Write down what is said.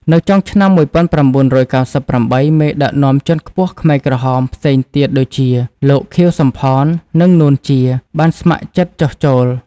នៅចុងឆ្នាំ ១៩៩៨ មេដឹកនាំជាន់ខ្ពស់ខ្មែរក្រហមផ្សេងទៀតដូចជា លោក ខៀវ សំផន និង នួន ជា បានស្ម័គ្រចិត្តចុះចូល។